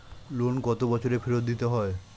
Loan কত বছরে ফেরত দিতে হয়?